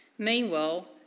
Meanwhile